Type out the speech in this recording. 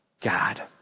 God